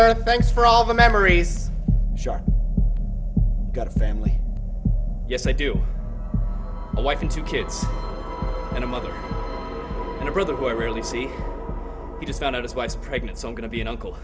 r thanks for all the memories sharp got a family yes i do a wife and two kids and a mother and a brother who i rarely see he just found out his wife's pregnant so i'm going to be an uncle